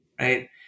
right